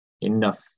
enough